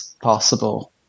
possible